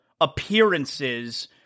appearances